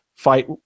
fight